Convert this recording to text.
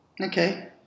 Okay